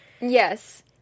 Yes